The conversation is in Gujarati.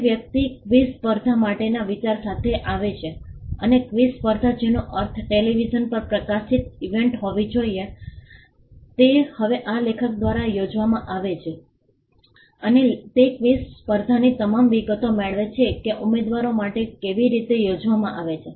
કોઈ વ્યક્તિ ક્વિઝ સ્પર્ધા માટેના વિચાર સાથે આવે છે અને ક્વિઝ સ્પર્ધા જેનો અર્થ ટેલિવિઝન પર પ્રસારિત ઇવેન્ટ હોવી જોઈએ તે હવે આ લેખક દ્વારા યોજવામાં આવે છે અને તે ક્વિઝ સ્પર્ધાની તમામ વિગતો મેળવે છે કે ઉમેદવારો માટે કેવી રીતે યોજવામાં આવે છે